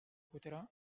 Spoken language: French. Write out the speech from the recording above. coûtera